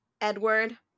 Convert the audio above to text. Edward